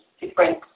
different